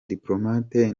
diplomate